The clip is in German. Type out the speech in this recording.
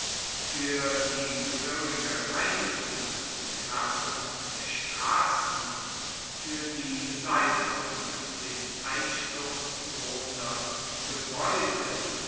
fuer die gehoerige reinigung und pflasterung der strassen fuer die beseitigung den einsturz drohender gebaeude